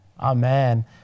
Amen